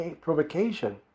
provocation